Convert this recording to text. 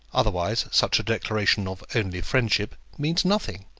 otherwise such a declaration of only-friendship means nothing.